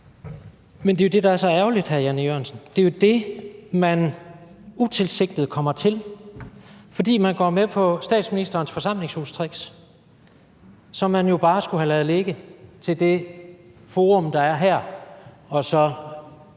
Men det er jo det, der er så ærgerligt, hr. Jan E. Jørgensen. Det er jo det, man utilsigtet kommer til, fordi man går med på statsministerens forsamlingshustricks, som man jo bare skulle have ladet ligge til det forum, der er her, og så